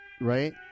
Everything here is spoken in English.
right